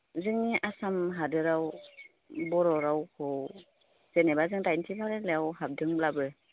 जोंनि आसाम हादोरसायाव बर' रावखौ जेनेबा जों दाइनथि फारिलाइआव हाबदोंब्लाबो